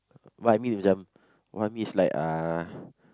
what I mean macam what I mean is like uh